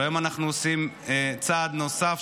והיום אנחנו עושים צעד נוסף,